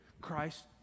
Christ